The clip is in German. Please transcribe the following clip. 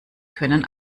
können